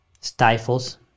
stifles